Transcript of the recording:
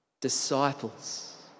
disciples